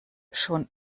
schon